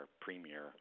premier